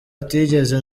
atigeze